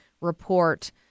report